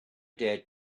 dared